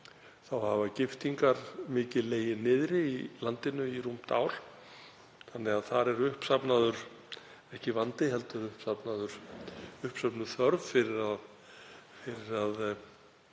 hafa giftingar mikið legið niðri í landinu í rúmt ár þannig að þar er uppsafnaður, ekki vandi heldur uppsöfnuð þörf fyrir að